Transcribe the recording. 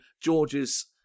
George's